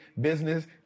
business